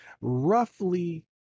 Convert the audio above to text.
roughly